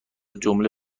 جمله